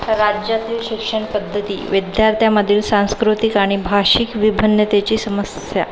राज्यातली शिक्षण पद्धती विद्यार्थ्यामधील सांस्कृतिक आणि भाषिक विभिन्नतेची समस्या